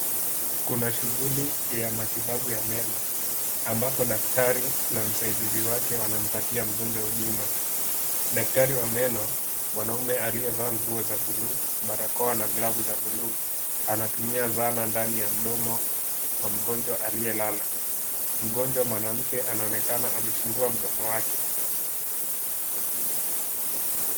Kuna shughuli ya matibabu ya meno ambapo daktari na msaidizi wake wanampatia mgonjwa huduma. Daktari wa meno, mwanamume aliyevaa nguo za buluu, barakoa na glavu za buluu anatumia zana ndani ya mdomo wa mgonjwa aliyelala. Mgonjwa mwanamke anaonekana amefungua mdomo wake.